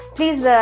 Please